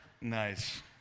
nice